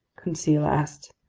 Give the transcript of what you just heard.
conseil asked,